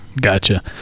gotcha